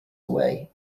away